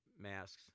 masks